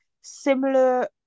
similar